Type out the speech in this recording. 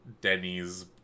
Denny's